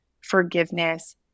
forgiveness